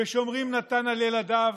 ושומרים נתן על ילדיו,